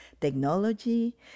technology